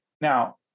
Now